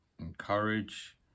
encourage